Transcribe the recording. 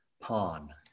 pawn